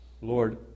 Lord